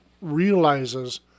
realizes